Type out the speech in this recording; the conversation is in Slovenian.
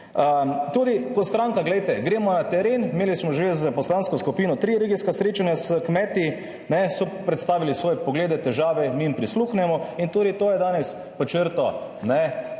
Tudi kot stranka, glejte, gremo na teren, imeli smo že s poslansko skupino 3 regijska srečanja s kmeti, so predstavili svoje poglede, težave, mi jim prisluhnemo in tudi to je danes pod črto,